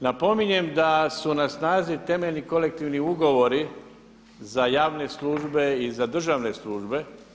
Napominjem da su na snazi temeljni kolektivni ugovori za javne službe i za državne službe.